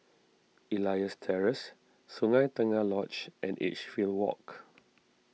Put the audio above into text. Elias Terrace Sungei Tengah Lodge and Edgefield Walk